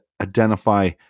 identify